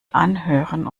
anhören